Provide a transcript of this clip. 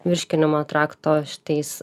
virškinimo trakto šitais